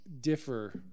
Differ